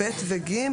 (ב) ו-(ג)